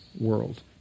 world